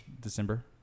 December